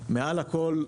אבל מעל הכול,